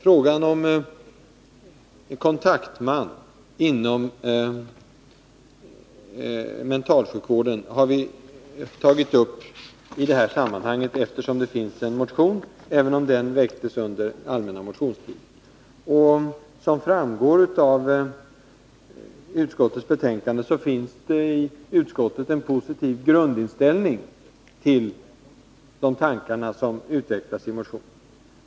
Frågan om kontaktman inom mentalsjukvården har vi tagit upp i det här sammanhanget, eftersom det finns en motion, även om den väcktes under allmänna motionstiden. Som framgår av utskottets betänkande finns det i utskottet en positiv grundinställning till de tankar som utvecklas i motionen.